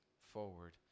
forward